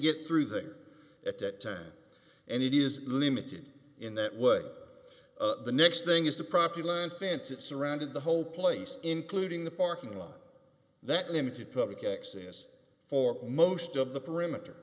get through there at that time and it is limited in that way the next thing is the property line fence it surrounded the whole place including the parking lot that limited public access for most of the perimeter